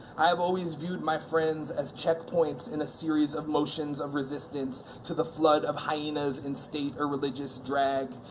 i have always viewed my friends as checkpoints in a series of motions of resistance to the flood of hyenas in state or religious drag.